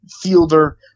fielder